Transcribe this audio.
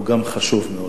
הוא גם חשוב מאוד.